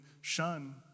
shun